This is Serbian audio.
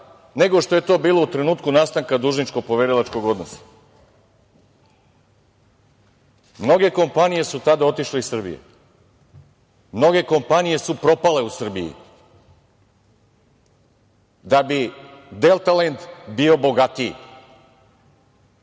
nego što je to bilo u trenutku nastanka dužničko-poverilačkog odnosa. Mnoge kompanije su tada otišle iz Srbije, mnoge kompanije su propale u Srbiji da bi „Delta lend“ bio bogatiji.